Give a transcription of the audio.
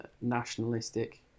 nationalistic